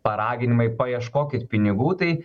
paraginimai paieškokit pinigų tai